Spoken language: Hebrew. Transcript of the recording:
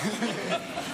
2023,